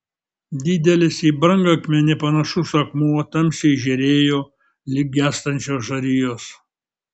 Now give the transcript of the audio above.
didelis į brangakmenį panašus akmuo tamsiai žėrėjo lyg gęstančios žarijos